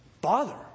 Bother